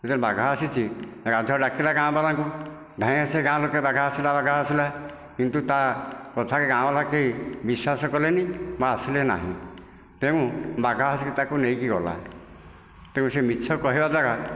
ଯେବେ ବାଘ ଆସିଛି ରାଧା ଡାକିଲା ଗାଁ ବାଲାଙ୍କୁ ଧାଇଁ ଆସ ହେ ଗାଁ ଲୋକେ ବାଘ ଆସିଲା ବାଘ ଆସିଲା କିନ୍ତୁ ତା କଥା ଏ ଗାଁ ଵାଲା କେହି ବିଶ୍ୱାସ କଲେନି ବା ଆସିଲେ ନାହିଁ ତେଣୁ ବାଘ ଆସି ତାକୁ ନେଇକି ଗଲା ତେଣୁ ସେ ମିଛ କହିବା ଦ୍ୱାରା